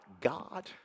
God